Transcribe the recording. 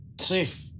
safe